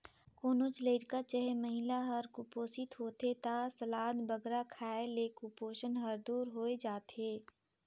कोनोच लरिका चहे महिला हर कुपोसित होथे ता सलाद बगरा खाए ले कुपोसन हर दूर होए जाथे